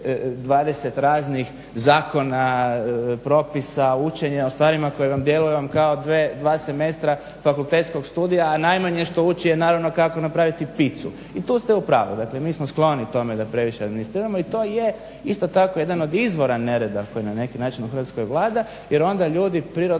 20 raznih zakona, propisa, učenje o stvarima koje vam djeluju kao dva semestra fakultetskog studija a najmanje što ući je naravno kako napraviti pizzzu. I tu ste u pravu. Dakle, mi smo skloni tome da previše administriramo i to je isto tako jedan od izvora nereda koji na neki način u Hrvatskoj vlada, jer onda ljudi prirodom